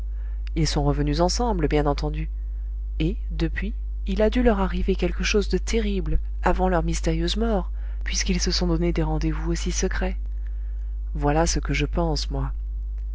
ils sont revenus ensemble bien entendu et depuis il a dû leur arriver quelque chose de terrible avant leur mystérieuse mort puisqu'ils se sont donné des rendez-vous aussi secrets voilà ce que je pense moi